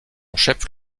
chef